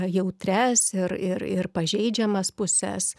jautrias ir ir ir pažeidžiamas puses